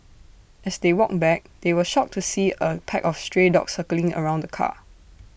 as they walked back they were shocked to see A pack of stray dogs circling around the car